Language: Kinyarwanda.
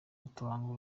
batanga